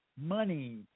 money